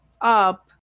up